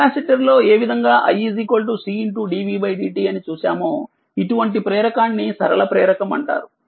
capacitor లోఏ విధంగా iCdvdtఅని చూసామో ఇటువంటి ప్రేరకాన్ని సరళ ప్రేరకంఅంటారు